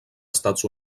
estats